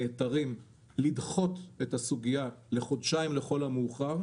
שאנחנו נעתרים לדחות את הסוגיה לחודשיים לכל המאוחר,